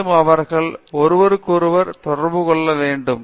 மேலும் அவர்கள் ஒருவருக்கொருவர் தொடர்பு கொள்ள வேண்டும்